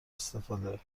استفاده